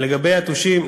לגבי יתושים,